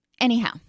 anyhow